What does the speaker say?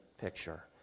picture